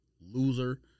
Loser